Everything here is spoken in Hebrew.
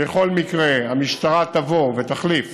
בכל מקרה, המשטרה תבוא ותחליף